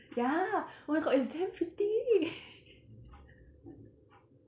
ya oh my god it's damn pretty